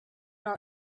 our